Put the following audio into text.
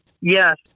Yes